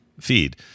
feed